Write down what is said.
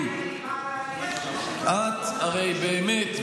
את הרי באמת,